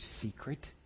secret